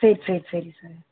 சரி சரி சரி சார்